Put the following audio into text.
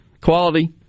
quality